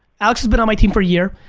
alex has been on my team for a year.